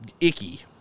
icky